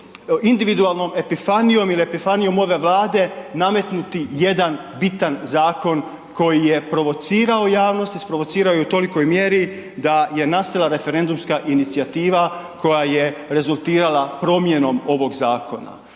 individualnom epifanijom ili epifanijom ove Vlade nametnuti jedan bitan zakon koji je provocirao javnost, isprovocirao ju u tolikoj mjeri da je nastala referendumska inicijativa koja je rezultirala promjenom ovoga zakona.